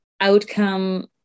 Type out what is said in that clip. outcome